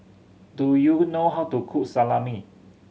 do you know how to cook Salami